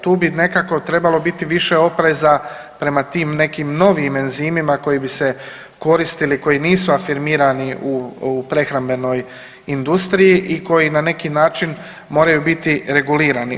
Tu bi nekako trebalo biti više opreza prema tim nekim novim enzimima koji bi se koristili, koji nisu afirmirani u prehrambenoj industriji i koji na neki način moraju biti regulirani.